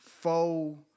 faux